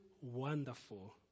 wonderful